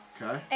Okay